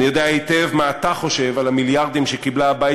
אני יודע היטב מה אתה חושב על המיליארדים שקיבלה הבית